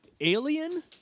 Alien